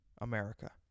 America